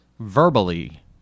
verbally